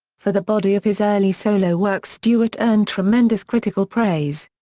for the body of his early solo work stewart earned tremendous critical praise.